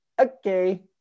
okay